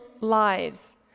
lives